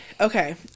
Okay